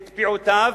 את פעוטותיו,